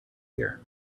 here